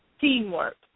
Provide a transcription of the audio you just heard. teamwork